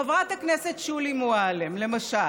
חברת הכנסת שולי מועלם, למשל,